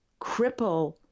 cripple